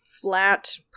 flat